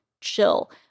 chill